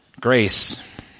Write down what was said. Grace